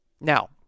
Now